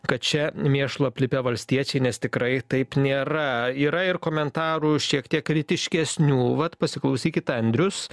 kad čia mėšlu aplipę valstiečiai nes tikrai taip nėra yra ir komentarų šiek tiek kritiškesnių vat pasiklausykit andrius